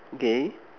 okay